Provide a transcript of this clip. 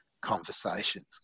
conversations